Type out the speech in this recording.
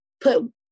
put